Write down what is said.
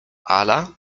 ala